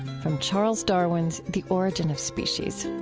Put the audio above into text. from charles darwin's the origin of species